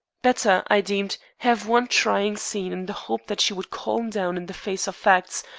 better, i deemed, have one trying scene in the hope that she would calm down in the face of facts,